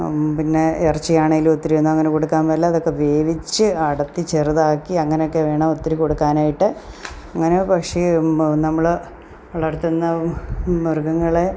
പിന്നെ ഇറച്ചിയാണെങ്കിലും ഇത്തിരിയൊന്നും അങ്ങനെ കൊടുക്കാൻ മേല അതൊക്കെ വേവിച്ചു അടർത്തി ചെറുതാക്കി അങ്ങനെയൊക്കെ വേണം ഇത്തിരി കൊടുക്കാനായിട്ട് അങ്ങനെ പക്ഷിയും നമ്മൾ വളർത്തുന്ന മൃഗങ്ങളെ